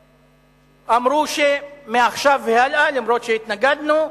ואמרו: מעכשיו והלאה, אומנם התנגדנו,